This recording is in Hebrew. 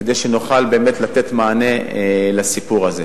כדי שנוכל באמת לתת מענה לסיפור הזה.